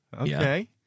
Okay